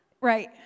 Right